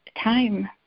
time